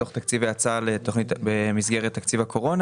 מתוך תקציבי ההצעה במסגרת תכנית הקורונה.